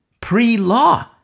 Pre-law